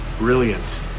Brilliant